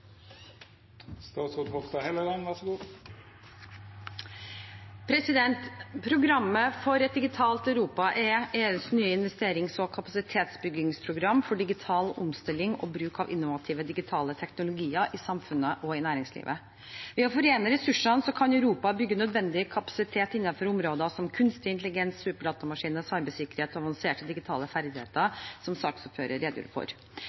EUs nye investerings- og kapasitetsbyggingsprogram for digital omstilling og bruk av innovative digitale teknologier i samfunnet og i næringslivet. Ved å forene ressursene kan Europa bygge nødvendig kapasitet innenfor områder som kunstig intelligens, superdatamaskiner, cybersikkerhet og avanserte digitale ferdigheter, som saksordføreren redegjorde for.